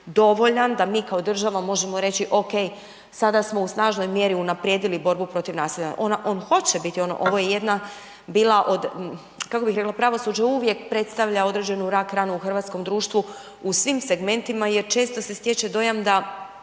da mi kao država možemo reći, okej, sada smo u snažnoj mjeri unaprijedili borbu protiv nasilja. On hoće, ovo je jedna bila od, kako bih rekla, pravosuđe uvijek predstavlja određenu rak-ranu u hrvatskom društvu u svim segmentima jer često se stječe dojam da